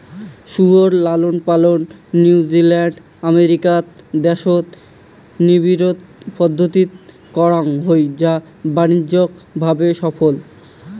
শুয়োর লালনপালন New Zealand, America দ্যাশত নিবিড় পদ্ধতিত করাং হই যা বাণিজ্যিক ভাবে সফল